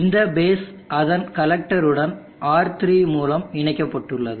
இந்த பேஸ் அதன் கலெக்டருடன் R3 மூலம் இணைக்கப்பட்டுள்ளது